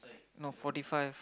no forty five